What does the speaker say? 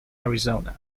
arizona